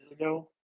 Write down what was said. ago